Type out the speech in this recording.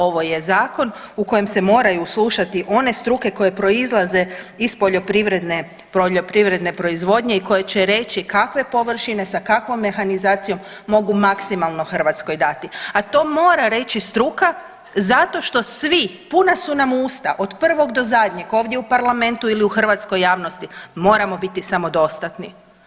Ovo je zakon u kojem se moraju slušati one struke koje proizlaze iz poljoprivredne proizvodnje i koje će reći kakve površine sa kakvom mehanizacijom mogu maksimalno Hrvatskoj dati, a to mora reći struka zašto što svi, puna su nam usta od prvog do zadnjeg ovdje u Parlamentu ili u hrvatskoj javnosti moramo biti samodostatni.